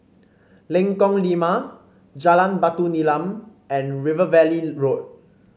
Lengkong Lima Jalan Batu Nilam and River Valley Road